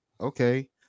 okay